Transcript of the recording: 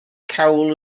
cawl